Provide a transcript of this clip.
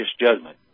judgment